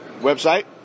Website